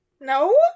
No